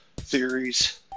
theories